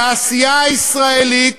התעשייה הישראלית